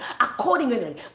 accordingly